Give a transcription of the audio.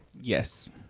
Yes